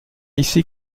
ici